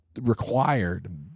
required